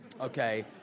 Okay